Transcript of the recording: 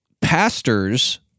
pastors